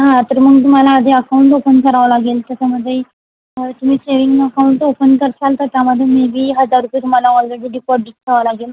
हा तर मग तुम्हाला आधी अकाऊंट ओपन करावं लागेल त्याच्यामध्ये तुम्ही सेव्हिंग अकाऊंट कराल तर त्यामध्ये मे बी हजार रुपये तुम्हाला ऑलरेडी डिपॉझिट ठेवावं लागेल